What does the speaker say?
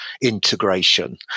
integration